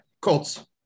Colts